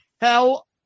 hell